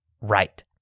right